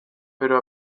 pero